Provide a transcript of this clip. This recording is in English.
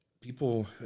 People